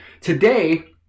today